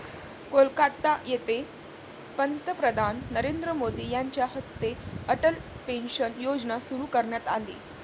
कोलकाता येथे पंतप्रधान नरेंद्र मोदी यांच्या हस्ते अटल पेन्शन योजना सुरू करण्यात आली